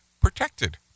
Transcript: protected